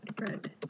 red